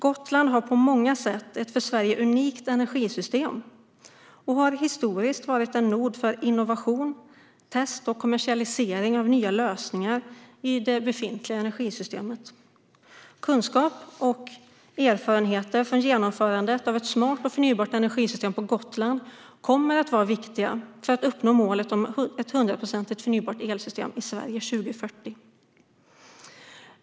Gotland har på många sätt ett för Sverige unikt energisystem och har historiskt varit en nod för innovation, test och kommersialisering av nya lösningar i det befintliga energisystemet. Kunskap och erfarenheter från genomförandet av ett smart och förnybart energisystem på Gotland kommer att vara viktigt för att uppnå målet om ett hundraprocentigt förnybart elsystem i Sverige 2040.